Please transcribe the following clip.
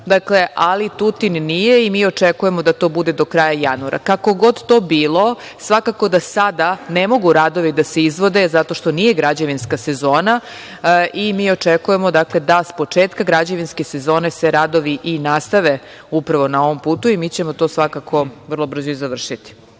ali Tutin nije i mi očekujemo da to bude do kraja januara. Kako god to bilo, svakako da sada ne mogu radovi da se izvode zato što nije građevinska sezona i mi očekujemo, dakle, da se s početka građevinske sezone radovi nastave na ovom putu i mi ćemo to svakako vrlo brzo i završiti.